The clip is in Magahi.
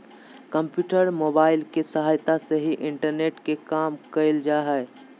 कम्प्यूटर, मोबाइल के सहायता से ही इंटरनेट के काम करल जा हय